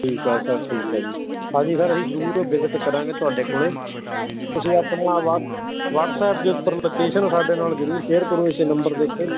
ਠੀਕ ਹੈ ਸਰ ਠੀਕ ਹੈ ਜੀ ਹਾਂਜੀ ਸਰ ਅਸੀਂ ਜ਼ਰੂਰ ਵਿਜ਼ਿਟ ਕਰਾਂਗੇ ਤੁਹਾਡੇ ਕੋਲ ਤੁਸੀਂ ਆਪਣੀਆਂ ਵਾ ਵਟਸਐਪ ਦੇ ਉੱਪਰ ਲੋਕੇਸ਼ਨ ਸਾਡੇ ਨਾਲ ਜ਼ਰੂਰ ਸ਼ੇਅਰ ਕਰੋ ਇਸ ਨੰਬਰ ਦੇ ਉੱਤੇ